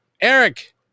Eric